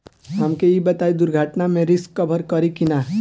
हमके ई बताईं दुर्घटना में रिस्क कभर करी कि ना?